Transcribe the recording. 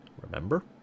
Remember